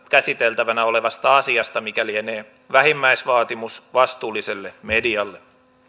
käsiteltävänä olevasta asiasta mikä lienee vähimmäisvaatimus vastuulliselle medialle